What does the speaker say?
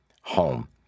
home